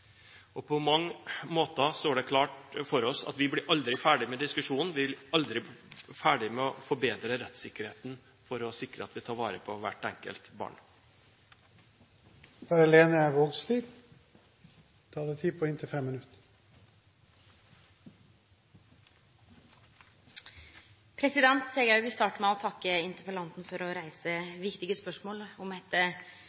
På mange måter står det klart for oss at vi aldri blir ferdig med den diskusjonen. Vi blir aldri ferdig med å forbedre rettssikkerheten for å sikre at vi tar vare på hvert enkelt barn.